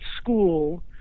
school